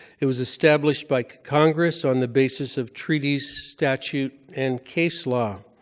it was established by congress on the basis of treaties, statute, and case law.